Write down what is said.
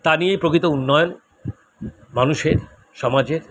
তা নিয়ে প্রকৃত উন্নয়ন মানুষের সমাজের